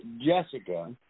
Jessica